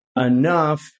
enough